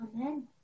Amen